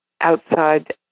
outside